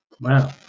wow